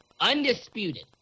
undisputed